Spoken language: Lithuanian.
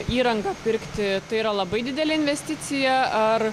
įrangą pirkti tai yra labai didelė investicija ar